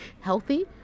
healthy